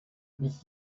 with